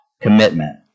commitment